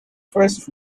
first